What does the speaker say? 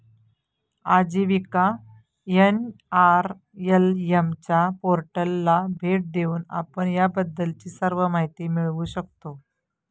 आजीविका एन.आर.एल.एम च्या पोर्टलला भेट देऊन आपण याबद्दलची सर्व माहिती मिळवू शकता